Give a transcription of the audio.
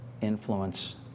influence